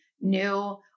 new